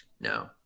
No